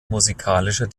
musikalischer